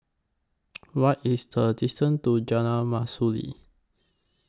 What IS The distance to Jalan Mastuli